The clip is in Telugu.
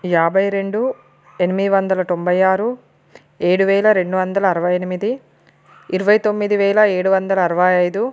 యాభై రెండు ఎనిమిది వందల తొంభై ఆరు ఏడు వేల రెండు వందల అరవై ఎనిమిది ఇరవై తొమ్మిది వేల ఏడు వందల అరవై ఐదు